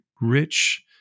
rich